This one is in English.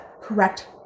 correct